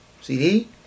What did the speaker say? CD